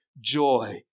joy